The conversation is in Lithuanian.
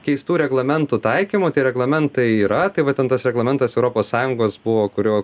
keistų reglamentų taikymų reglamentai yra tai va ten tas reglamentas europos sąjungos buvo kuriuo